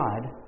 God